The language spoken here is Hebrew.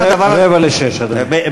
17:45, אדוני.